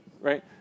right